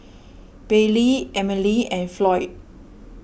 Baylee Emile and Floyd